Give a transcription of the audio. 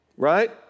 Right